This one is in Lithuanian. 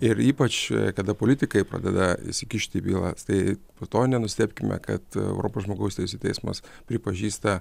ir ypač kada politikai pradeda įsikišti į bylas tai po to nenustebkime kad europos žmogaus teisių teismas pripažįsta